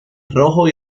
rojo